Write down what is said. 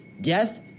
Death